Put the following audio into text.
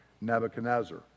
Nebuchadnezzar